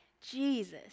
Jesus